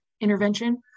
intervention